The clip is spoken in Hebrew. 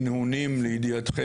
בתנאים האלה